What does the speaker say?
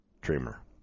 dreamer